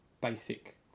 basic